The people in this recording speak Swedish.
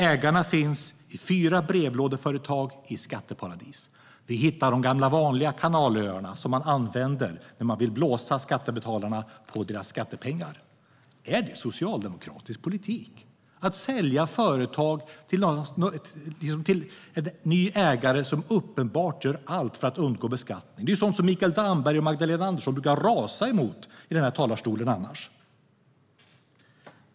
Ägarna finns i fyra brevlådeföretag i skatteparadis. Vi hittar de gamla vanliga kanalöarna som man använder när man vill blåsa skattebetalarna på deras skattepengar. Är det socialdemokratisk politik att sälja företag till en ny ägare som uppenbart gör allt för att undgå beskattning? Det är sådant som Mikael Damberg och Magdalena Andersson annars brukar rasa mot i denna talarstol.